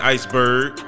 Iceberg